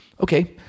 Okay